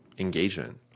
Engagement